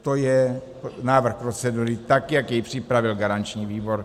To je návrh procedury, tak jak jej připravil garanční výbor.